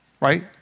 Right